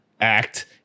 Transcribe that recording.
act